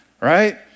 right